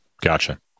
gotcha